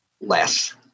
less